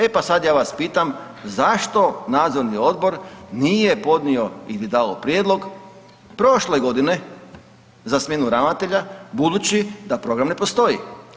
E sad ja vas pitam zašto nadzorni odbor nije podnio ili dao prijedlog prošle godine za smjenu ravnatelja budući da program ne postoji.